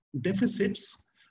deficits